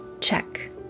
check